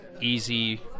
easy